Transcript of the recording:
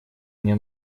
мне